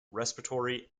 respiratory